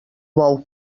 bou